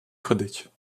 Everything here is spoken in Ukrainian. ходить